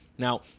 Now